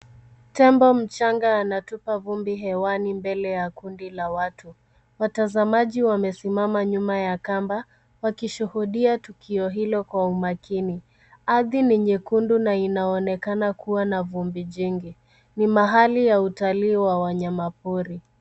Tembo mchanga anatupa vumbi hewani mbele ya kundi la watu. Watazamaji wamesimama nyuma ya kamba, wakishuhudia tukio hilo kwa makini. Ardhi ni nyekundu na inaonekana kuwa na vumbi jingi. Ni mahali pa utalii na wanyama pori.